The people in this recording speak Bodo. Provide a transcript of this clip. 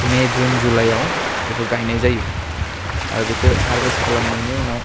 मे जुन जुलाइआव बेखौ गायनाय जायो आरो बेखौ हाभेस्ट खालामनायनि उनाव